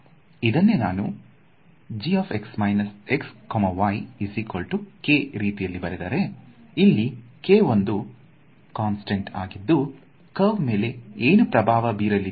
ಇದನ್ನೇ ನಾನು ರೀತಿಯಲ್ಲಿ ಬರೆದರೆ ಇಲ್ಲಿ k ಒಂದು ಕಾನ್ಸ್ಟಂಟ್ ಆಗಿದ್ದು ಕರ್ವ್ ಮೇಲೆ ಏನು ಪ್ರಭಾವ ಬೀರಲಿದೆ